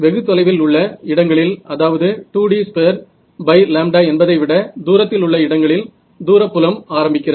வெகு தொலைவில் உள்ள இடங்களில் அதாவது 2D2 λ என்பதைவிட தூரத்திலுள்ள இடங்களில் தூர புலம் ஆரம்பிக்கிறது